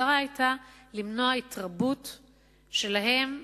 המטרה היתה למנוע התרבות שלהם,